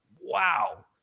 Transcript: Wow